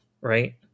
Right